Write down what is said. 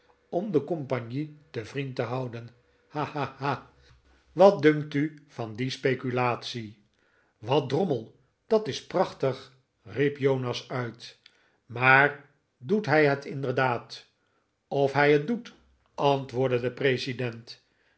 om de compagnie te vriend te houden ha ha ha wat dunkt u van die speculatie wat drommel dat is prachtig riep jonas uit maar doet hij het inderdaad of hij het doet antwoordde de president